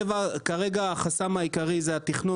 כרגע, החסם העיקרי הוא התכנון